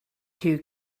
queue